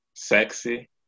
sexy